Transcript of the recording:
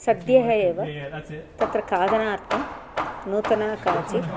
सद्यः एव तत्र खादनार्थं नूतना काचित्